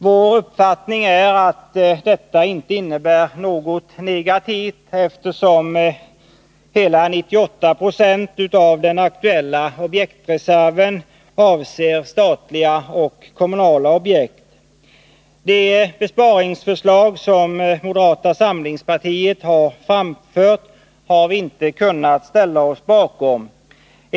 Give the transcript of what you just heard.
Vår uppfattning är att detta inte innebär något negativt, eftersom hela 98 26 av den aktuella objektreserven avser statliga och kommunala objekt. De besparingsförslag som moderata samlingspartiet har framfört har vi inte kunnat ställa oss bakom.